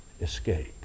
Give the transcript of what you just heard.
escape